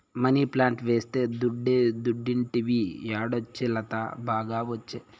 money plant వేస్తే దుడ్డే దుడ్డంటివి యాడొచ్చే లత, బాగా ఒచ్చే